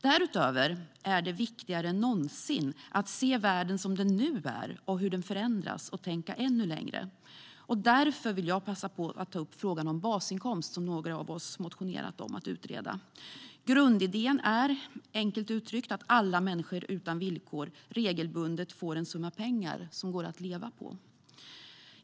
Därutöver är det viktigare än någonsin att se världen som den nu är och hur den förändras och att tänka ännu längre. Därför vill jag passa på att ta upp frågan om basinkomst - några av oss har motionerat om att utreda det. Grundidén är, enkelt uttryckt, att alla människor utan villkor regelbundet ska få en summa pengar som det går att leva på.